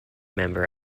member